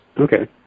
Okay